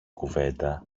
κουβέντα